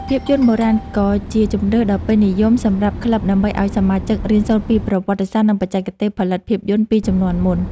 ភាពយន្តបុរាណ ក៏ជាជម្រើសដ៏ពេញនិយមសម្រាប់ក្លឹប ដើម្បីឱ្យសមាជិករៀនសូត្រពីប្រវត្តិសាស្ត្រ និងបច្ចេកទេសផលិតភាពយន្តពីជំនាន់មុន។